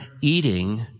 eating